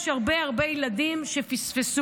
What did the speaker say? יש הרבה מאוד ילדים שפספסו,